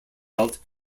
belt